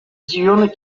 diurne